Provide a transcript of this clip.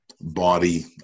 body